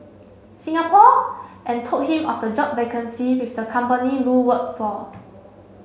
Singapore and told him of the job vacancy with the company Lu worked for